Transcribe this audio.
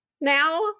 now